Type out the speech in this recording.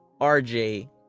RJ